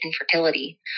infertility